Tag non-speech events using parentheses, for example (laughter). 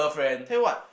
(noise) tell you what